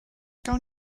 gawn